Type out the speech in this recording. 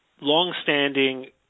longstanding